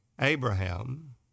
Abraham